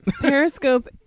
Periscope